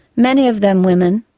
many of them women,